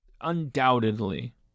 undoubtedly